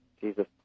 Jesus